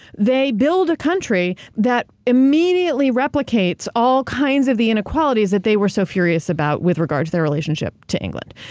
they build a country that immediately replicates all kinds of the inequalities that they were so furious about with regards with their relationship to england.